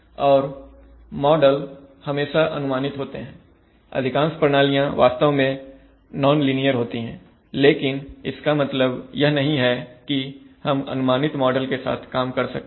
और मॉडल हमेशा अनुमानित होते हैं अधिकांश प्रणालियां वास्तव में नॉनलीनियर होती हैं लेकिन इसका मतलब यह नहीं है कि हम अनुमानित मॉडल के साथ काम कर सकते हैं